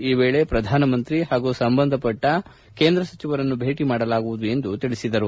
ಈ ವೇಳೆ ಪ್ರಧಾನ ಮಂತ್ರಿ ಹಾಗೂ ಸಂಬಂಧಪಟ್ಟ ಕೇಂದ್ರ ಸಚಿವರನ್ನು ಭೇಟಿ ಮಾಡಲಾಗುವುದು ಎಂದು ಹೇಳಿದರು